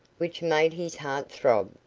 which made his heart throb,